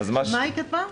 מה היא כתבה?